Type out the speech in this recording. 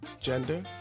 gender